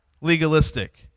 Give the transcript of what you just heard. legalistic